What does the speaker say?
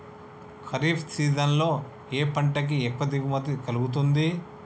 Kharif season లో ఏ పంట కి ఎక్కువ దిగుమతి కలుగుతుంది?